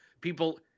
people